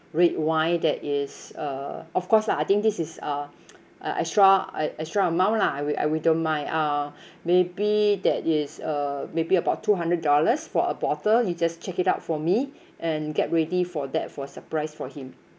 red wine that is uh of course lah I think this is uh a extra extra amount lah I will I will don't mind uh maybe that is uh maybe about two hundred dollars for a bottle you just check it out for me and get ready for that for surprise for him